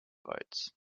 votes